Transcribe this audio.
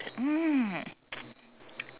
mm